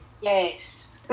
Yes